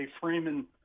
Freeman